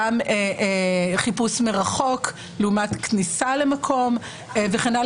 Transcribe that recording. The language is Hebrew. גם חיפוש מרחוק לעומת כניסה למקום וכו',